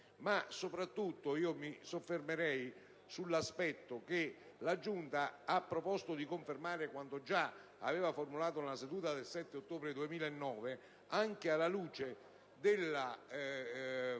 Soprattutto, mi soffermerei sul fatto che la Giunta ha proposto di confermare quanto già aveva formulato nella seduta del 7 ottobre 2009 anche alla luce del